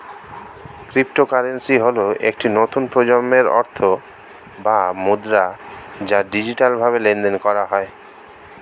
cryptocurrency হল একটি নতুন প্রজন্মের অর্থ বা মুদ্রা যা ডিজিটালভাবে লেনদেন করা হয়